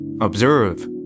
Observe